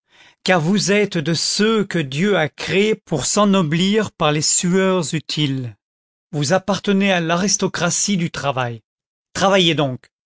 car vous êtes de ceux que dieu a créés pour s'ennoblir par les sueurs utiles vous appartenez à l'aristocratie du travail travaillez donc